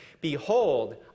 Behold